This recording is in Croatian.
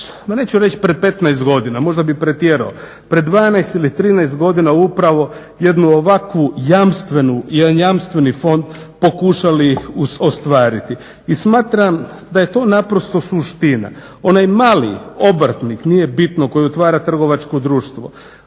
neću reći prije 15 godina možda bih pretjerao, prije 12 ili 13 godina upravo jedan ovakav jamstveni fond pokušali ostvariti i smatram da je to naprosto suština. Onaj mali obrtnik, nije bitno koji otvara trgovačko društvo,